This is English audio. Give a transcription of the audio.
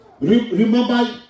Remember